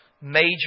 major